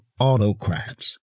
autocrats